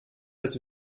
als